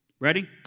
ready